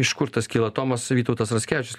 iš kur tas kyla tomas vytautas raskevičius